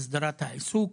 הסדרת העיסוק.